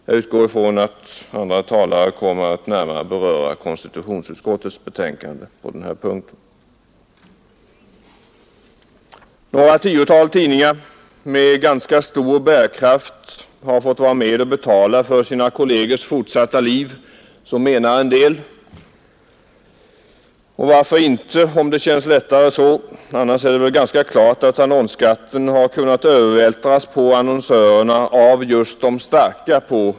Jag utgår från att andra talare närmare kommer att beröra detta i anslutning till konstitutionsutskottets betänkande. Några tiotal tidningar med ganska stor bärkraft har fått vara med och betala för sina kollegers fortsatta liv — så menar en del. Och varför inte, om det känns lättare så. Annars står det väl klart att de starka på marknaden har kunnat övervältra annonsskatten på annonsörerna.